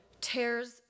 tears